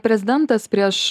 prezidentas prieš